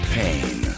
pain